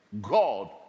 God